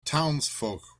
townsfolk